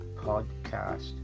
podcast